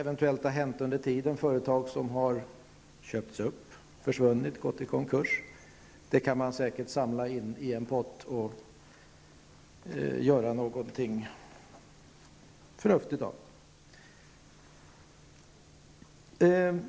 Pengar som har betalats in av företag som har köpts upp, försvunnit eller gått i konkurs kan man samla i en pott och göra något förnuftigt för.